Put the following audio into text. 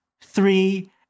three